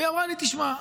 היא אמרה לי: תשמע,